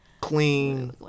Clean